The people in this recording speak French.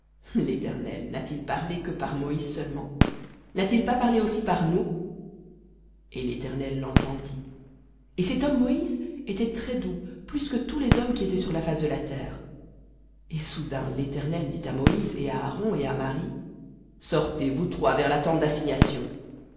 l'éternel n'a-t-il parlé que par moïse seulement n'a-t-il pas parlé aussi par nous et léternel lentendit et cet homme moïse était très-doux plus que tous les hommes qui étaient sur la face de la terre et soudain l'éternel dit à moïse et à aaron et à marie sortez vous trois vers la tente d'assignation